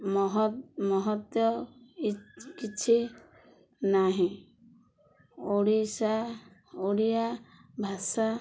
ମହତ୍ ମହତ୍ତ୍ୱ କିଛି ନାହିଁ ଓଡ଼ିଶା ଓଡ଼ିଆ ଭାଷା